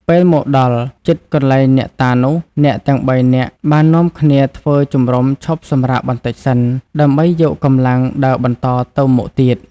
ពេលមកដល់ជិតកន្លែងអ្នកតានោះ អ្នកទាំងបីនាក់បាននាំគ្នាធ្វើជំរំឈប់សម្រាកបន្តិចសិន ដើម្បីយកកម្លាំងដើរបន្តទៅមុខទៀត។